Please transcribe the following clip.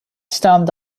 stormed